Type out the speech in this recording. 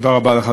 תודה רבה לך.